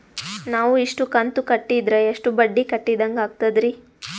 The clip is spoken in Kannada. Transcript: ನಾವು ಇಷ್ಟು ಕಂತು ಕಟ್ಟೀದ್ರ ಎಷ್ಟು ಬಡ್ಡೀ ಕಟ್ಟಿದಂಗಾಗ್ತದ್ರೀ?